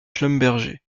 schlumberger